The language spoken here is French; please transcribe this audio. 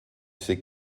c’est